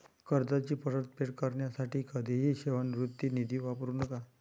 कर्जाची परतफेड करण्यासाठी कधीही सेवानिवृत्ती निधी वापरू नका